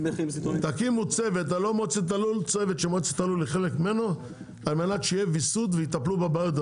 תקימו צוות שמועצת הלול היא חלק ממנו על מנת שיהיה ויסות ויטפלו בבעיות.